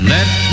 Let